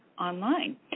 online